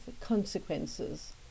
consequences